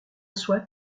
soit